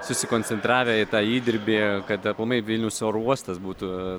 susikoncentravę į tą įdirbį kad aplamai vilniaus oro uostas būtų